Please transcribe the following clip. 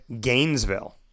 Gainesville